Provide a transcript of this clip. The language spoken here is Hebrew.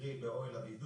קרי באוהל הבידוד,